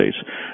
states